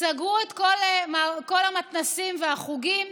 סגרו את כל המתנ"סים והחוגים,